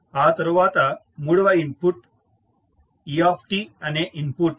ఆ తరువాత మూడవది ఇన్పుట్ e అనే ఇన్పుట్